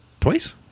twice